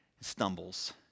stumbles